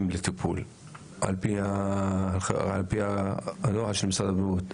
לטיפול על פי הוראת משרד הבריאות?